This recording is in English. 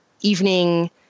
evening